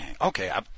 okay